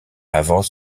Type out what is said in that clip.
avant